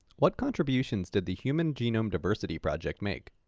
what contributions did the human genome diversity project make?